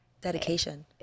Dedication